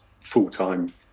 full-time